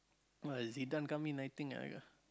!wah! Zidane come in I think